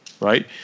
right